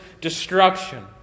destruction